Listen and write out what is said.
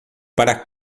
para